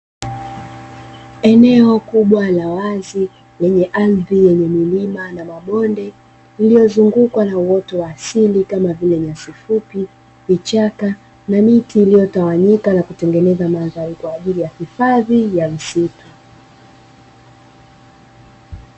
Eneo kubwa la wazi lenye ardhi yenye milima na mabonde, iliyozungukwa na uoto wa asili kama vile nyasi fupi, vichaka na miti iliyotawanyika na kutengeneza mandhari kwa ajili ya hifadhi ya misitu.